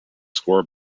score